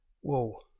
whoa